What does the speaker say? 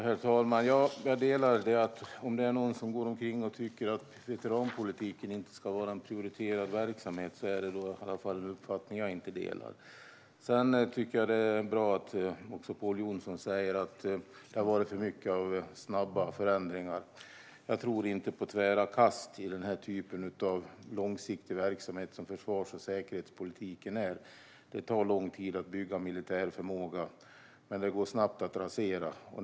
Herr talman! Jag håller med om det. Om någon går omkring och tycker att veteranpolitiken inte ska vara en prioriterad verksamhet delar i alla fall inte jag den uppfattningen. Det är bra att Pål Jonson säger att det har varit för mycket av snabba förändringar. Jag tror inte på tvära kast i den typ av långsiktig verksamhet som försvars och säkerhetspolitiken är. Det tar lång tid att bygga militär förmåga, men den går snabbt att rasera.